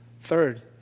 Third